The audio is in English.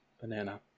Banana